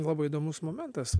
labai įdomus momentas